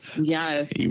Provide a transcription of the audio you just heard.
Yes